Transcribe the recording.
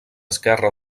esquerra